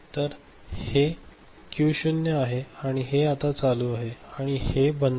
तर हे क्यू शून्य आहे आणि हे आता चालू आहे आणि हे बंद आहे